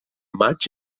maig